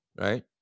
right